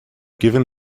given